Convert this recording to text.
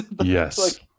Yes